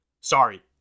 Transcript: Sorry